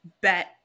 bet